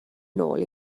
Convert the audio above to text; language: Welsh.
nôl